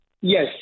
Yes